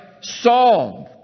song